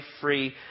free